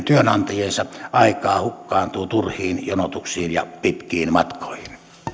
työnantajiensa aikaa hukkaantuu turhiin jonotuksiin ja pitkiin matkoihin